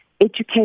Education